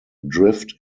drift